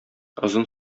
озын